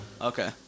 okay